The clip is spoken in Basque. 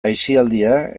aisialdia